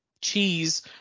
cheese